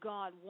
God